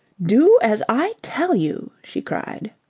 do as i tell you, she cried.